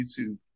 YouTube